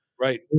Right